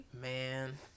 Man